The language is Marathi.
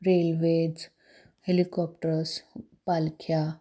रेल्वेज हेलिकॉप्टर्स पालख्या